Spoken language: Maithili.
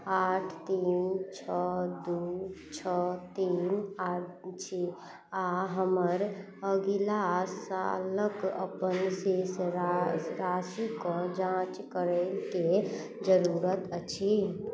आठ तीन छओ दू छओ तीन आछि आ हमर अगिला सालक अपन शेष राशिक जाँच करैके जरूरत अछि